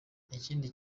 ikindi